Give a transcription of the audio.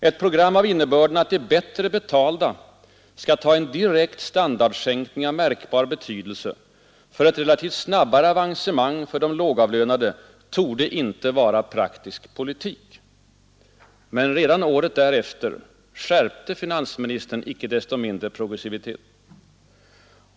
”Ett program av innebörden att de betalda skall ta en direkt standardsänkning av märkbar betydelse för ett relativt snabbare avancemang för de lågavlönade torde inte vara praktisk politik.” Men redan året därefter skärpte finansministern icke desto mindre progressiviteten.